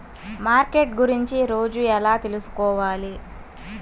Market గురించి రోజు ఎలా తెలుసుకోవాలి?